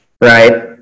right